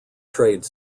trade